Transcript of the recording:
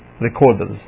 recorders